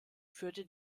führte